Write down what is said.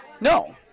No